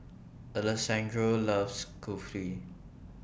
Alessandro loves Kulfi